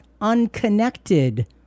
unconnected